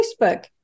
Facebook